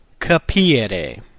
Capire